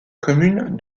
commune